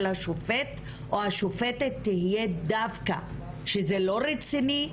השופט או השופטת תהיה דווקא שזה לא רציני,